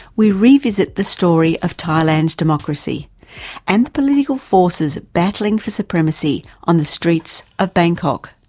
we revisit the story of thailand's democracy and the political forces battling for supremacy on the streets of bangkok.